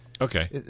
Okay